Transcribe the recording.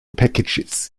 packages